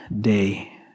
day